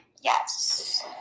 Yes